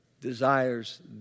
desires